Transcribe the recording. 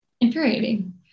infuriating